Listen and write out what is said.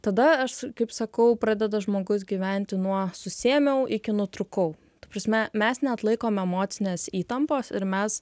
tada aš kaip sakau pradeda žmogus gyventi nuo susiėmiau iki nutrūkau ta prasme mes neatlaikom emocinės įtampos ir mes